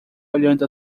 olhando